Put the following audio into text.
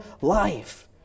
life